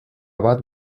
bat